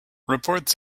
reports